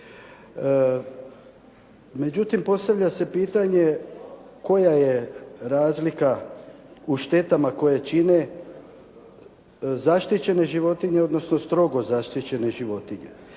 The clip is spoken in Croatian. Međutim, postavlja se pitanje koja je razlika u štetama koje čine zaštićene životinje odnosno strogo zaštićene životinje.